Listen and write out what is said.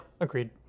agreed